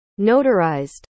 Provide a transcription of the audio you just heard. notarized